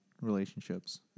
relationships